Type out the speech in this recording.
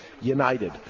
united